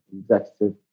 executive